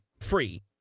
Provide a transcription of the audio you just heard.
free